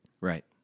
Right